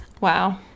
Wow